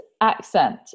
accent